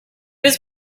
was